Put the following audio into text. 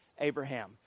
Abraham